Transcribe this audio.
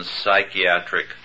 psychiatric